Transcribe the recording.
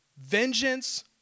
Vengeance